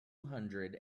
hundred